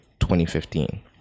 2015